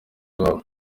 iwabo